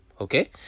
Okay